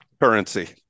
Currency